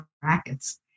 brackets